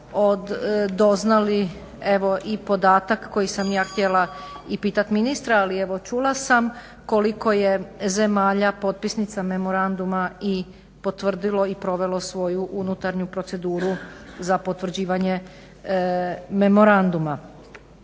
doznali i podatak koji sam ja htjela i pitat ministra ali evo čula sam koliko je zemalja potpisnica memoranduma potvrdilo i provelo svoju unutarnju proceduru za potvrđivanje memoranduma.